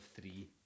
three